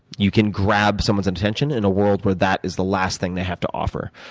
you can grab someone's attention in a world where that is the last thing they have to offer,